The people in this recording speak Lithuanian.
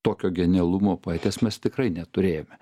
tokio genialumo poetės mes tikrai neturėjome